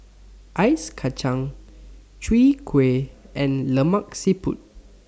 Ice Kacang Chwee Kueh and Lemak Siput